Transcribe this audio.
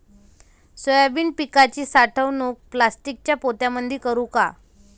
Soybean पिकाची साठवणूक प्लास्टिकच्या पोत्यामंदी करू का?